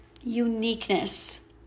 uniqueness